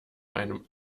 einem